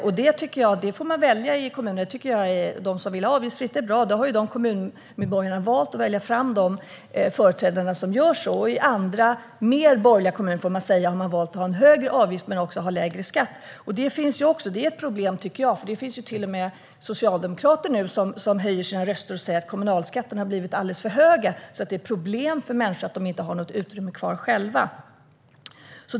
Jag tycker att kommunerna får välja. I de kommuner som vill ha avgiftsfritt har kommuninvånarna valt att rösta fram de företrädare som gör så. I andra, ofta mer borgerliga kommuner, har man valt att ha en högre avgift men också att ha lägre skatt. Det finns dock till och med socialdemokrater som nu höjer sina röster och säger att kommunalskatterna har blivit alldeles för höga och att det därför blir problem för människor när de inte har något utrymme kvar själva.